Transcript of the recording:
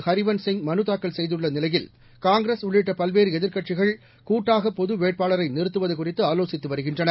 ஹரிவன்ஸ் சிங் மனுதாக்கல் செய்துள்ள நிலையில் காங்கிரஸ் உள்ளிட்ட பல்வேறு எதிர்க்கட்சிகள் கூட்டாக பொது வேட்பாளரை நிறத்துவது குறித்து ஆலோசித்து வருகின்றன